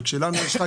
וכשלנו יש חג,